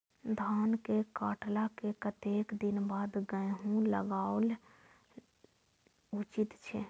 धान के काटला के कतेक दिन बाद गैहूं लागाओल उचित छे?